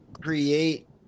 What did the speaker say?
create